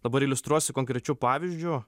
dabar iliustruosiu konkrečiu pavyzdžiu